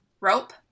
rope